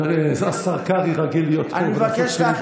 השר קרעי רגיל להיות פה ולעשות פיליבסטרים.